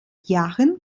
jahren